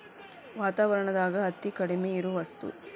ವಾತಾವರಣದಾಗ ಅತೇ ಕಡಮಿ ಇರು ವಸ್ತು